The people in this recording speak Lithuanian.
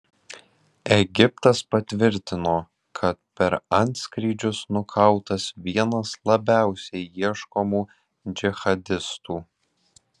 egiptas patvirtino kad per antskrydžius nukautas vienas labiausiai ieškomų džihadistų